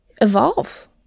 evolve